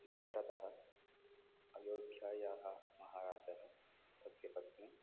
दशरथः अयोध्यायाः महाराजः तस्य पत्नी